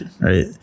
right